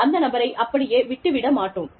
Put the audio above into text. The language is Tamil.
அந்த நபரை அப்படியே விட்டு விட மாட்டோம்